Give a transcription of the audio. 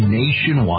nationwide